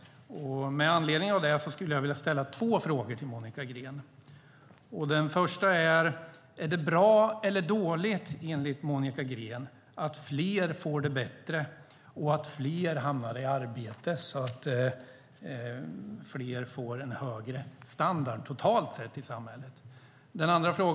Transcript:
Med anledning av detta vill jag ställa två frågor till Monica Green. Är det bra eller dåligt enligt Monica Green att fler får det bättre och att fler hamnar i arbete så att fler får en högre standard totalt sett i samhället?